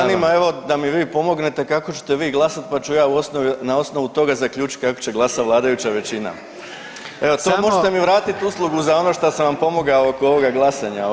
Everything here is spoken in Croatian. Mene onda da mi vi pomognete kako ćete vi glasati pa ću ja na osnovu toga zaključiti kako će glasovati vladajuća većina [[Upadica: Samo…]] Evo, to možete mi vratiti uslugu za ono što sam vam pomogao oko onoga glasanja.